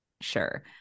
Sure